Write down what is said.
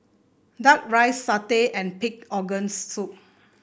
duck rice satay and pig organs soup